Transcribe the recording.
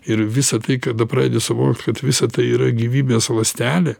ir visą tai kada pradedi suvokt kad visą tai yra gyvybės ląstelė